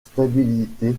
stabilité